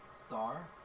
Star